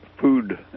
food